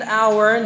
hour